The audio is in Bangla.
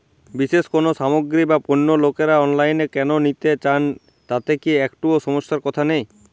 বিশেষ কোনো সামগ্রী বা পণ্য লোকেরা অনলাইনে কেন নিতে চান তাতে কি একটুও সমস্যার কথা নেই?